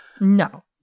No